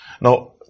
Now